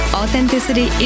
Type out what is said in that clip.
authenticity